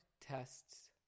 tests